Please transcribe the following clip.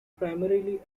primarily